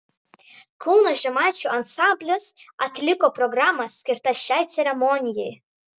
kauno žemaičių ansamblis atliko programą skirtą šiai ceremonijai